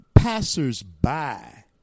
Passers-by